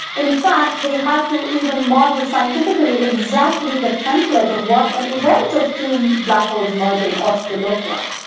in fact they have to even model scientifically exactly the template of what an event of two black holes merging ought to look like.